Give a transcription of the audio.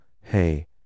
hey